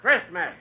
Christmas